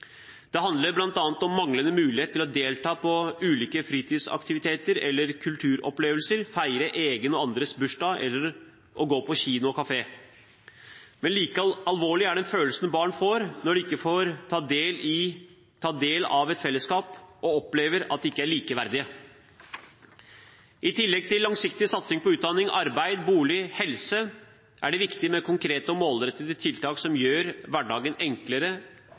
Det handler bl.a. om manglende mulighet til å delta på ulike fritidsaktiviteter eller kulturopplevelser, feire egen og andres bursdag eller å gå på kino og kafé. Men like alvorlig er den følelsen barn får når de ikke får ta del i et fellesskap, og opplever at de ikke er likeverdige. I tillegg til langsiktig satsing på utdanning, arbeid, bolig og helse er det viktig med konkrete og målrettede tiltak som gjør hverdagen enklere